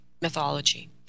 mythology